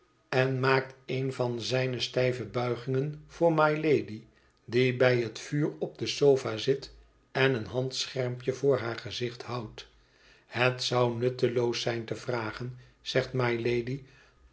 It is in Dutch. en maakt eene van zijne stijve buigingen voor mylady die bij het vuur op de sofa zit en een handschermpje voor haar gezicht houdt het zou nutteloos zijn te vragen zegt mylady